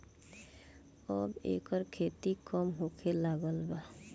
अब एकर खेती कम होखे लागल बा